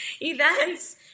events